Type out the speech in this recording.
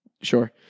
Sure